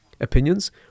opinions